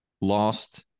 lost